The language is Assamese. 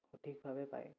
সঠিকভাৱে পায়